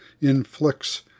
inflicts